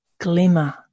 glimmer